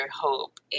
hope